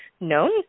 known